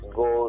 go